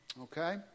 Okay